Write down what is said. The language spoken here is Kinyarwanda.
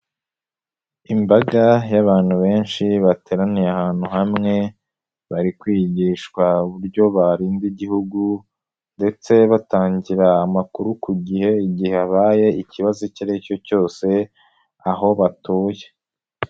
Imbaga y'abantu benshi bateraniye ahantu hamwe, bari kwigishwa uburyo barinda igihugu ndetse batangira amakuru ku gihe, igihe habaye ikibazo icyo ari cyo cyose, aho batuye.